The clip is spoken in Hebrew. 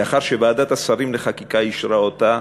לאחר שוועדת השרים לחקיקה אישרה אותה